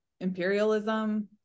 imperialism